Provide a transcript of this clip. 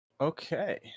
Okay